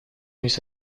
mis